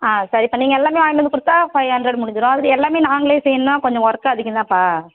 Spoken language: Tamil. ஆ சரி இப்போ நீங்கள் எல்லாமே வாங்கிகிட்டு வந்து கொடுத்தா ஃபைவ் ஹண்ட்ரட் முடிஞ்சிரும் அதில் எல்லாமே நாங்ளே செய்யணுன்னா கொஞ்சம் ஒர்க்கு அதிகம் தான்ப்பா